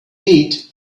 need